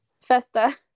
Festa